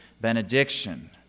benediction